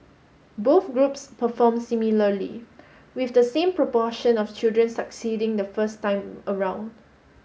both groups performed similarly with the same proportion of children succeeding the first time around